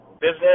business